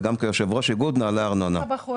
וגם כיושב-ראש איגוד מנהלי ארנונה.